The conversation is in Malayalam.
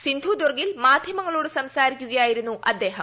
സിന്ധുദൂർഗിൽ മാധ്യമങ്ങളോട് സംസാരിക്കുകയായിരുന്നു അദ്ദേഹം